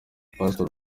pasitoro